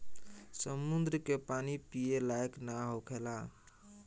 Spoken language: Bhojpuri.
समुंद्र के पानी पिए लायक ना होखेला